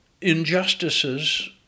injustices